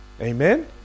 amen